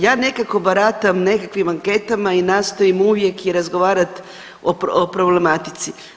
Ja nekako baratam nekakvim anketama i nastojim uvijek i razgovarati o problematici.